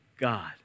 God